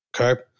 Okay